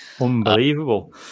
unbelievable